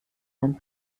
seinen